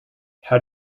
how